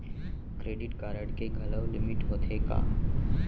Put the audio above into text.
Credit card के घलव limit होथे का?